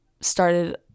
started